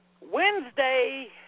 Wednesday